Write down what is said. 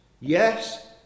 yes